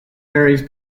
varies